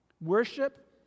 Worship